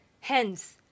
Hence